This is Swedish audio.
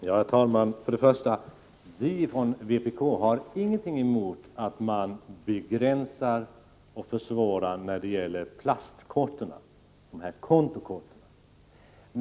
Herr talman! Först och främst vill jag säga att vi från vpk inte har någonting emot att man begränsar och försvårar användandet av kontokort.